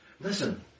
listen